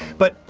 but,